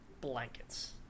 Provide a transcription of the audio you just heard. blankets